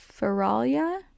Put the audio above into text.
Feralia